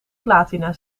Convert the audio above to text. platina